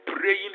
praying